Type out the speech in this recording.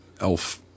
elf